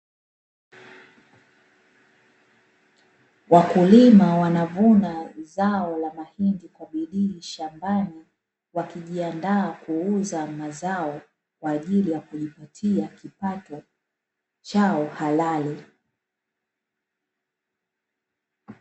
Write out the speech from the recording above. Wakulima wanavuna zao la mahindi kwa bidii shambani, wakijiandaa kuuza mazao kwa ajili ya kujipatia kipato chao halali.